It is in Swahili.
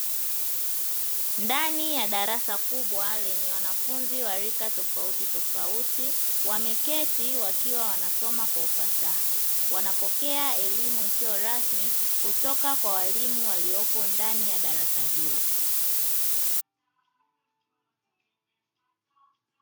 Ndani ya darasa kubwa lenye wanafunzi wa rika tofauti tofauti, wameketi wakiwa wanasoma kwa ufasaha, wanapokea elimu isiyo rasmi kutoka kwa walimu waliopo ndani ya darasa hilo.